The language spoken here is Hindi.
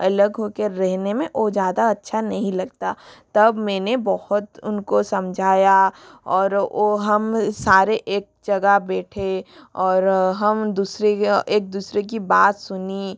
अलग हो के रहने में वो ज़्यादा अच्छा नहीं लगता तब मैंने बहुत उनको समझाया और वो हम सारे एक जगह बैठे और हम दूसरे एक दूसरे की बात सुनी